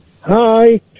Hi